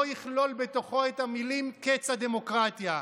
יכלול בתוכו את המילים "קץ הדמוקרטיה".